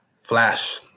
Flash